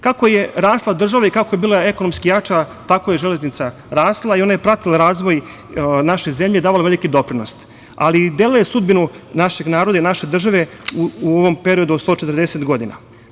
Kako je rasla država i kako je bila ekonomski jača, tako je i železnica rasla i ona je pratila razvoj naše zemlje i davala veliki doprinos, ali delila je sudbinu našeg naroda i naše države u ovom periodu od 140 godina.